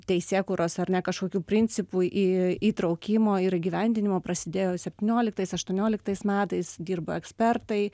teisėkūros ar ne kažkokių principų į įtraukimo ir įgyvendinimo prasidėjo septynioliktais aštuonioliktais metais dirbo ekspertai